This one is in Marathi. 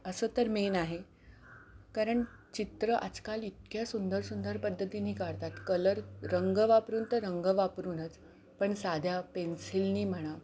असं तर मेन आहे कारण चित्र आजकाल इतक्या सुंदर सुंदर पद्धतीनी काढतात कलर रंग वापरून तर रंग वापरूनच पण साध्या पेन्सिलनी म्हणा